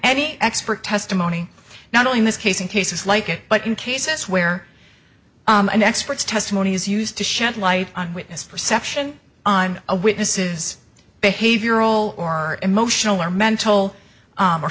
any expert testimony not only in this case in cases like it but in cases where an expert's testimony is used to shed light on witness perception on a witness is behavioral or emotional or mental